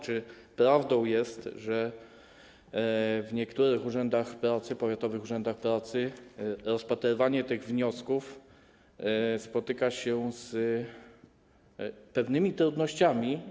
Czy prawdą jest, że w niektórych powiatowych urzędach pracy rozpatrywanie tych wniosków spotyka się z pewnymi trudnościami?